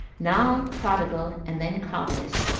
now prodigal, and then covetous,